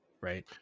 right